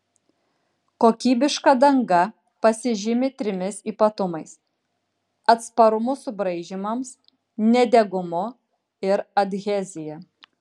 kokybiška danga pasižymi trimis ypatumais atsparumu subraižymams nedegumu ir adhezija